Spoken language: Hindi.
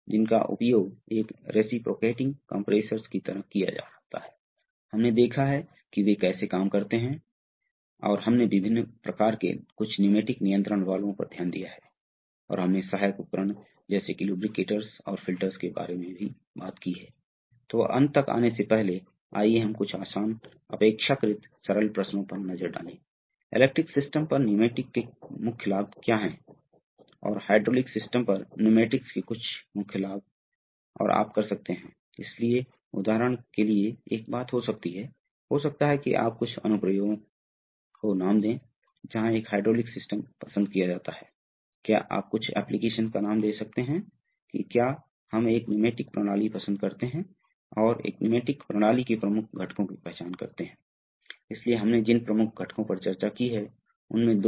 विचार करने के लिए अंतिम बिंदु हाँ एक सल्वो वाल्व और आनुपातिक वाल्व के बीच क्या अंतर है क्या यह फीडबैक के संदर्भ में है क्या यह प्रदर्शन सटीकता के संदर्भ में है क्या यह संरचना ड्राइव वाट के संदर्भ में है के प्रमुख घटकों की पहचान करें एक हाइड्रोलिक एक्टिवेशन सिस्टम प्रमुख में से एक है यह मूल प्रश्न आपको उत्तर देने में सक्षम होना चाहिए यह उद्देश्यों में से एक है बुनियादी निर्देशात्मक उद्देश्य दो चरण सर्वो वाल्व के निर्माण का स्केच करिये यह कुछ समय लेगा लेकिन इसके बारे में सोचें कि यह कैसे काम करता है